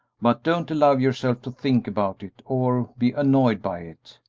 but don't allow yourself to think about it or be annoyed by it.